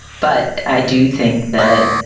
but i do think that,